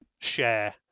share